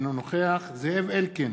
אינו נוכח זאב אלקין,